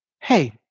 hey